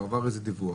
כבר עבר איזה דיווח.